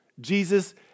Jesus